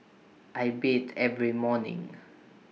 I bathe every morning